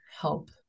help